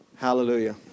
Hallelujah